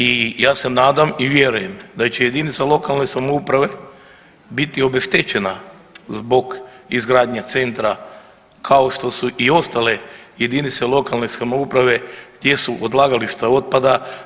I ja se nadam i vjerujem da će jedinica lokalne samouprave biti obeštećena zbog izgradnje centra kao što su i ostale jedinice lokalne samouprave gdje su odlagališta otpada.